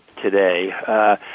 today